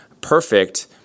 perfect